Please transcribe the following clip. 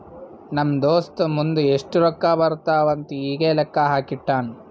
ನಮ್ ದೋಸ್ತ ಮುಂದ್ ಎಷ್ಟ ರೊಕ್ಕಾ ಬರ್ತಾವ್ ಅಂತ್ ಈಗೆ ಲೆಕ್ಕಾ ಹಾಕಿ ಇಟ್ಟಾನ್